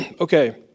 okay